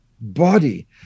body